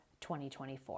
2024